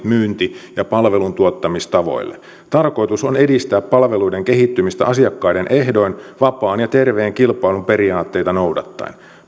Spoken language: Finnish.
myynti ja palveluntuottamistavoille tarkoitus on edistää palveluiden kehittymistä asiakkaiden ehdoin vapaan ja terveen kilpailun periaatteita noudattaen